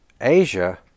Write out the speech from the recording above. Asia